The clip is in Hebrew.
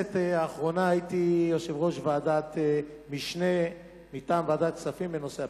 בכנסת האחרונה הייתי יושב-ראש ועדת משנה מטעם ועדת הכספים לנושא הפנסיה.